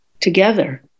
together